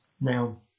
now